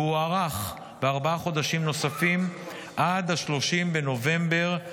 והוארך בארבעה חודשים נוספים עד 30 בנובמבר 2024,